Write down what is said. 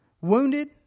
Wounded